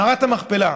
מערת המכפלה,